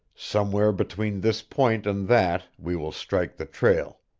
somewhere between this point and that we will strike the trail.